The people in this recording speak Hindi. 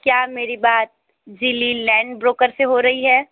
क्या मेरी बात जिली लैंड ब्रोकर से हो रही है